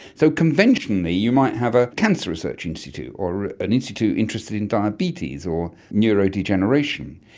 so conventionally you might have a cancer research institute, or an institute interested in diabetes or neurodegeneration.